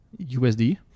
USD